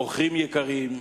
אורחים יקרים,